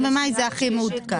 מי נגד,